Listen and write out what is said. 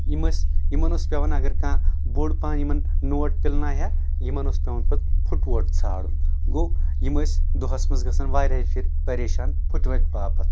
یِم ٲسۍ یِمن اوس پٮ۪وان اگر کانٛہہ بوٚڈ پہم یِمن نوٹ پِلنایہِ ہا یِمن اوس پٮ۪وان پتہٕ پھُٹووٹ ژھانڈُن گوٚو یِم ٲسۍ دۄہس منٛز گژھان واریاہِ پھرِ پریشان پھُٹووٹہٕ باپتھ